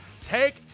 Take